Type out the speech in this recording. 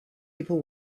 people